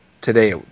today